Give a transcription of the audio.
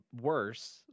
worse